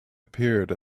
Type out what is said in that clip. appeared